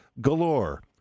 galore